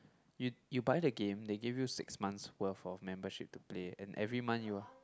you you buy the game they give you six months worth of membership to play and every month you